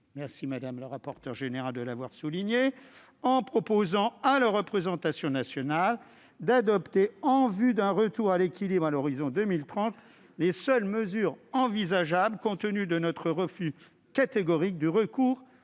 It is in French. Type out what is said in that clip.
remercie, madame la rapporteure générale, de l'avoir souligné -en proposant à la représentation nationale d'adopter, en vue d'un retour à l'équilibre à l'horizon de 2030, les seules mesures envisageables compte tenu de notre refus catégorique du recours